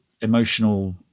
emotional